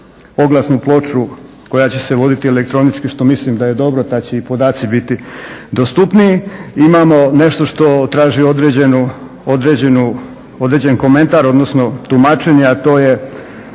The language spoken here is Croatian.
oglasnu ploču koja će se voditi elektronički što mislim da je dobro tada će i podaci biti dostupniji. Imamo nešto što traži određen komentar odnosno tumačenje, a to je